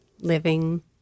living